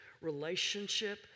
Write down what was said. relationship